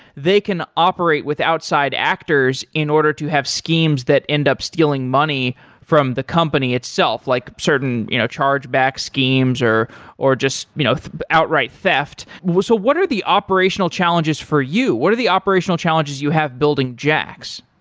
they can operate with outside actors in order to have schemes that end up stealing money from the company itself, like certain you know charge-back schemes or or just you know outright theft. so what are the operational challenges for you? what are the operational challenges you have building jaxx?